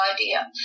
idea